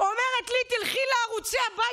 יותר גבוה.